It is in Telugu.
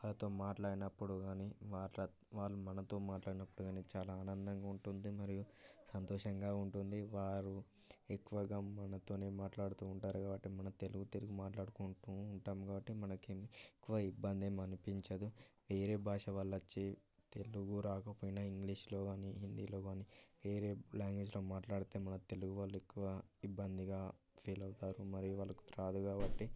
వాళ్ళతో మాట్లాడినప్పుడు కానీ మాట్లా వాళ్ళు మనతో మాట్లాడినప్పుడు కానీ చాలా ఆనందంగా ఉంటుంది మరియు సంతోషంగా ఉంటుంది వారు ఎక్కువగా మనతో మాట్లాడుతు ఉంటారు కాబట్టి మనం తెలుగు తెలుగు మాట్లాడుకుంటు ఉంటాం కాబట్టి మనకు ఏం ఎక్కువగా ఇబ్బంది ఏం అనిపించదు వేరే భాష వాళ్ళు వచ్చి తెలుగు రాకపోయినా ఇంగ్లీష్లో కానీ హిందీలో కానీ వేరే లాంగ్వేజ్లో మాట్లాడితే మన తెలుగు వాళ్ళు ఎక్కువ ఇబ్బందిగా ఫీల్ అవుతారు మరియు వాళ్ళకు రాదు కాబట్టి